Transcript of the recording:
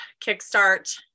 kickstart